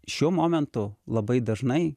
šiuo momentu labai dažnai